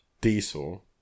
Diesel